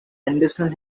henderson